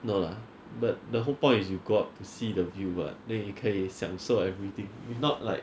no lah but the whole point is you go up to see the view [what] then 可以享受 everything if not like